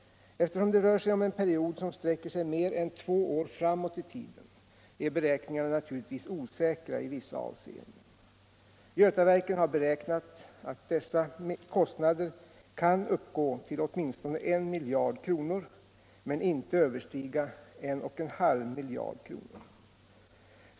Eftersom det rör sig om en period av mer än två år framåt i tiden är beräkningarna naturligtvis osäkra i vissa avseenden. Götaverken har beräknat att dessa kostnader kan uppgå till åtminstone 1 miljard kronor men inte överstiga 1,5 miljarder kronor.